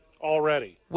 Already